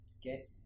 get